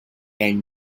and